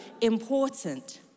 important